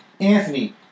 Anthony